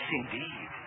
indeed